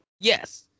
Yes